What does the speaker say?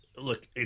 look